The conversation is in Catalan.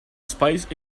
espais